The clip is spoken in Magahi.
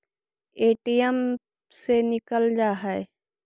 ए.टी.एम से निकल जा है?